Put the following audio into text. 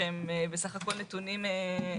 שהם בסך הכול נתונים חלקיים,